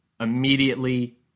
Immediately